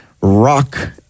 rock